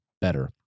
better